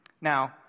Now